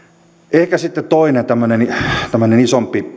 ehkä sitten toinen tämmöinen isompi